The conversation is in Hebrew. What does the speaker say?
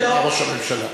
היא אמרה "ראש הממשלה".